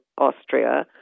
Austria